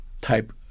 type